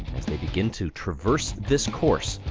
as they begin to traverse this course.